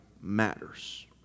matters